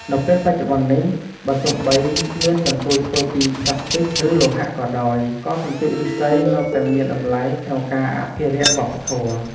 នៅពេលបច្ចុប្បន្ននេះ បើទោះបីមានសន្ទូចធ្វើពីប្លាស្ទិកឬលោហៈក៏ដោយ ក៏សន្ទូចឬស្សីនៅតែមានតម្លៃក្នុងការអភិរក្សវប្បធម៌។